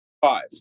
five